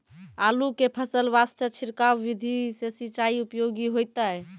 आलू के फसल वास्ते छिड़काव विधि से सिंचाई उपयोगी होइतै?